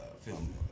film